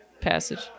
passage